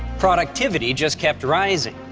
productivity just kept rising,